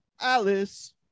Alice